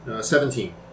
Seventeen